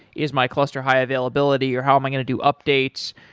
is my cluster high availability, or how am i going to do updates?